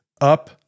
up